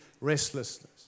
restlessness